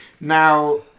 Now